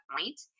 point